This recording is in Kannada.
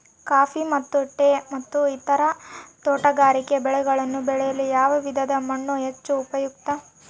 ಕಾಫಿ ಮತ್ತು ಟೇ ಮತ್ತು ಇತರ ತೋಟಗಾರಿಕೆ ಬೆಳೆಗಳನ್ನು ಬೆಳೆಯಲು ಯಾವ ವಿಧದ ಮಣ್ಣು ಹೆಚ್ಚು ಉಪಯುಕ್ತ?